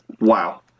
Wow